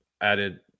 added